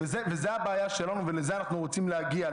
וזאת הבעיה שלנו ולשם אנחנו רוצים להגיע.